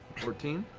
fourteen?